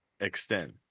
extend